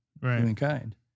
humankind